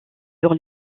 sur